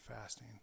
fasting